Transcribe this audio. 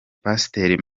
pasiteri